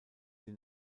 sie